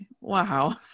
wow